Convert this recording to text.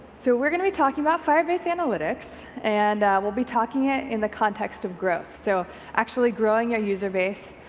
so we're going to be talking about firebase analytics and we'll be talking about it in the context of growth. so actually growing our user base,